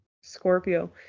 Scorpio